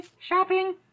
shopping